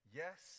yes